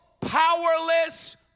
powerless